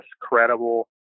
credible